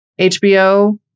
HBO